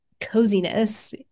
coziness